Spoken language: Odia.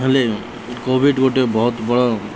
ହେଲେ କୋଭିଡ଼୍ ଗୋଟେ ବହୁତ ବଡ଼